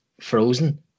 frozen